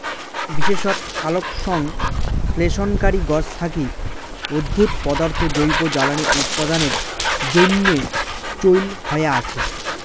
বিশেষত সালোকসংশ্লেষণকারী গছ থাকি উদ্ভুত পদার্থ জৈব জ্বালানী উৎপাদনের জইন্যে চইল হয়া আচে